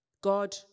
God